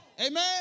Amen